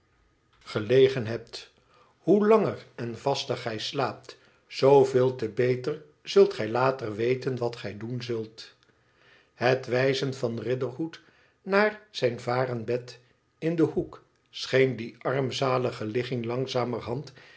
legen hebt hoe lager en vaster gij slaapt zooveel te beter zult gij lalet weten wat gij doen zult het wijzen van riderhood naar zijn varen bed in den hoek scheen dié armzalige ligging langzamerhand